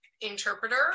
interpreter